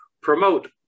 promote